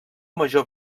major